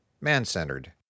man-centered